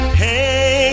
hey